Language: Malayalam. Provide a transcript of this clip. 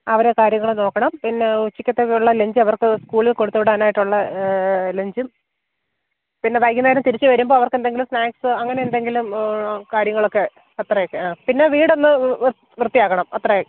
അവരെ കാര്യങ്ങൾ നോക്കണം പിന്നെ ഉച്ചയ്ക്കത്തേക്കുള്ള ലഞ്ച് അവര്ക്ക് സ്കൂളിൽ കൊടുത്തുവിടാനായിട്ടുള്ള ലഞ്ചും പിന്നെ വൈകുന്നേരം തിരിച്ച് വരുമ്പോൾ അവര്ക്കെന്തെങ്കിലും സ്നേക്ക്സ് അങ്ങന എന്തെങ്കിലും കാര്യങ്ങളൊക്കെ അത്രയൊക്കെ ആ പിന്നെ വീടൊന്ന് വൃത്തിയാക്കണം അത്രയും